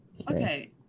Okay